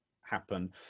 happen